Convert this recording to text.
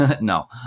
No